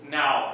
now